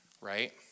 right